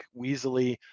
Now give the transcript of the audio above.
weaselly